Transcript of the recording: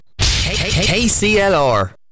KCLR